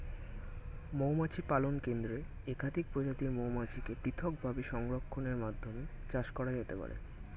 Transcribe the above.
মৌমাছি পালন কেন্দ্রে একাধিক প্রজাতির মৌমাছিকে পৃথকভাবে সংরক্ষণের মাধ্যমে চাষ করা যেতে পারে